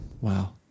Wow